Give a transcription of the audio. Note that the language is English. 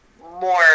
more